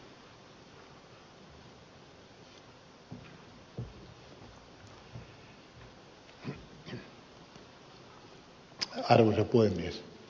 arvoisa puhemies